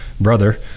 brother